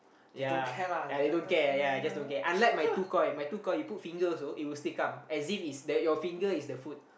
ya ya they don't care ya they just don't care unlike my two koi my two koi you put finger also it will still come as if its the your finger is the food